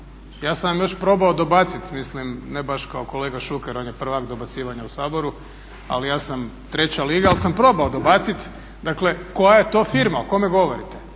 Ja sam vam još probao dobaciti, mislim ne baš kao kolega Šuker, on je prvak u dobacivanja u Saboru, ali ja sam treća liga, ali sam probao dobaciti, dakle koja je to firma, o kome govorite?